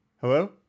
Hello